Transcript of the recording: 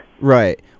Right